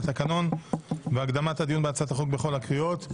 לתקנון והקדמת הדיון בהצעת החוק בכל הקריאות.